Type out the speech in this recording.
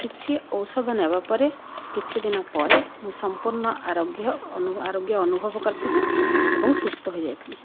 କିଛି ଔଷଧ ନେବା ପରେ କିଛି ଦିନ ପରେ ମୁଁ ସମ୍ପୂର୍ଣ୍ଣ ଆରୋଗ୍ୟ ଆରୋଗ୍ୟ ଅନୁଭବ କରିଥିଲି ଏବଂ ସୁସ୍ଥ ହୋଇଯାଇଥିଲି